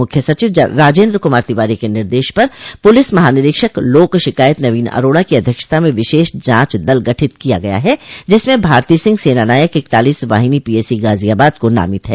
मुख्य सचिव राजेन्द्र कुमार तिवारी के निर्देश पर पुलिस महानिरीक्षक लोक शिकायत नवीन अरोड़ा की अध्यक्षता में विशेष जांच दल गठित किया गया है जिसमें भारती सिंह सेना नायक इकतालीस वाहिनी पीएसी गाजियाबाद को नामित है